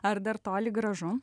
ar dar toli gražu